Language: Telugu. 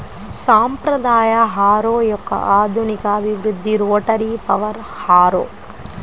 సాంప్రదాయ హారో యొక్క ఆధునిక అభివృద్ధి రోటరీ పవర్ హారో